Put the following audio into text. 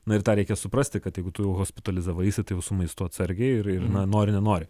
na ir tą reikia suprasti kad jeigu tu jau hospitalizavaisi tai jau su maistu atsargiai ir ir na nori nenori